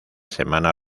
semana